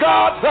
God